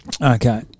Okay